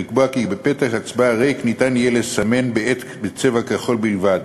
ולקבוע כי בפתק הצבעה ריק יהיה מותר לסמן בעט בצבע כחול בלבד.